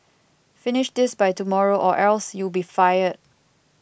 finish this by tomorrow or else you'll be fired